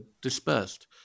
dispersed